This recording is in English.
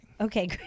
Okay